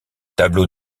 tableau